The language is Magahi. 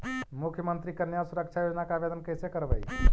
मुख्यमंत्री कन्या सुरक्षा योजना के आवेदन कैसे करबइ?